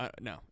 No